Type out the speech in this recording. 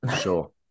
Sure